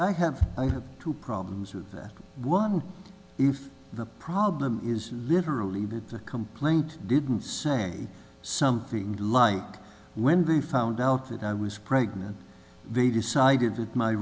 i have two problems with that one if the problem is literally that the complaint didn't say something like when they found out that i was pregnant they decided that my